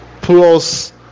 Plus